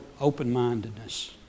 Open-mindedness